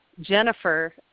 Jennifer